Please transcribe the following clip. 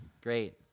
Great